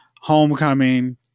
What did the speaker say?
homecoming